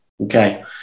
okay